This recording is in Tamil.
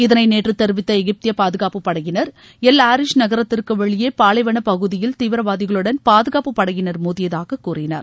இதனை நேற்று தெரிவித்த எகிப்திய பாதுகாப்பு படையினர் எல் ஆரிஷ் நகரத்திற்கு வெளியே பாலைவனப் பகுதியில் தீவிரவாதிகளுடன் பாதுகாப்பு படையினர் மோதியதாக கூறினர்